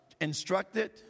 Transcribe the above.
instructed